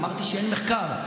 אמרתי שאין מחקר.